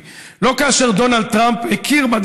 כאשר אני רואה את